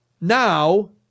now